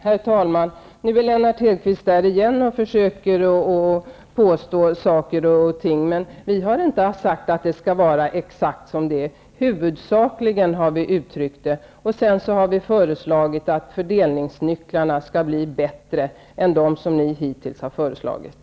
Herr talman! Nu är Lennart Hedquist där igen och försöker påstå saker och ting. Vi har inte alls sagt att det skall vara exakt som det är. ''Huvudsakligen'' har vi uttryckt det, och sedan har vi föreslagit att fördelningsnycklarna skall bli bättre än de som ni hittills har föreslagit.